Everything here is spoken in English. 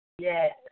Yes